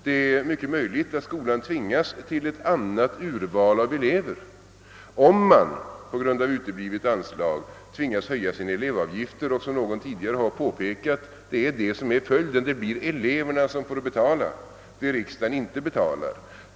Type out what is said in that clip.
Det är mycket möjligt att skolan tvingas till ett annat urval av elever, om den på grund av uteblivet anslag tvingas höja elevavgifterna, ty då blir följden, såsom tidigare påpekats, att eleverna får betala det riksdagen inte betalar.